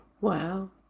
Wow